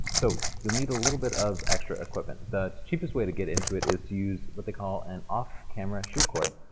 so you'll need a little bit of extra equipment, the cheapest way to get into it is to use what they call an off camera shoe cord.